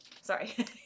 Sorry